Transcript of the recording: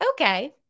Okay